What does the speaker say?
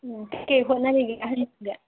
ꯎꯝ ꯀꯔꯤ ꯍꯣꯠꯅꯔꯤꯒꯦ ꯑꯍꯟꯁꯤꯡꯗꯤ